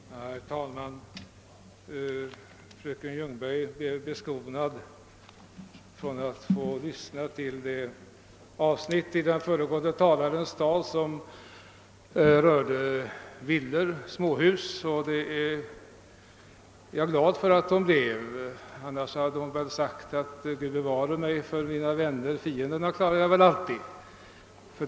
Herr talman! Fröken Ljungberg blev förskonad från att få lyssna till det avsnitt i den föregående talarens anförande som rörde villor och småhus, och det är jag glad för att hon blev. Annars hade hon väl sagt: Gud bevare mig för mina vänner! Fienderna klarar jag väl alltid.